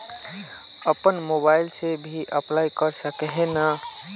अपन मोबाईल से भी अप्लाई कर सके है नय?